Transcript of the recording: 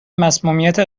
مصمومیت